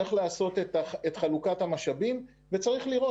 צריך לעשות את חלוקת המשאבים צריך לראות